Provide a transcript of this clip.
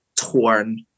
torn